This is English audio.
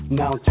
now